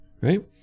right